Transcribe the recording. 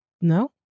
No